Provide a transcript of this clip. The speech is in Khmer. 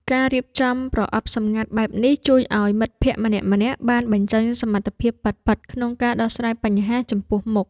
ការរៀបចំប្រអប់សម្ងាត់បែបនេះជួយឱ្យមិត្តភក្តិម្នាក់ៗបានបញ្ចេញសមត្ថភាពពិតៗក្នុងការដោះស្រាយបញ្ហាចំពោះមុខ។